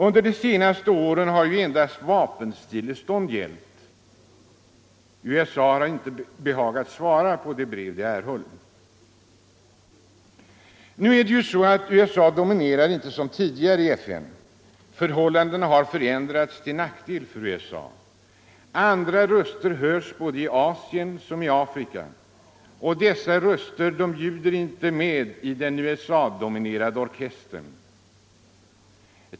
Under senaste åren har endast vapenstillestånd gällt. USA har inte behagat svara på det brev man erhöll. USA dominerar dock inte som tidigare i FN. Förhållandena har förändrats till nackdel för USA. Andra röster hörs både i Asien och i Afrika. Dessa röster ljuder inte med i den USA dominerade orkestern.